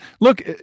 look